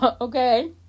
okay